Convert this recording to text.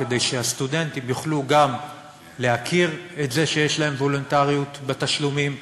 כדי שהסטודנטים יוכלו גם להכיר את זה שיש להם וולונטריות בתשלומים,